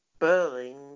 Berlin